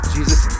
Jesus